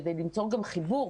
כדי ליצור גם חיבור.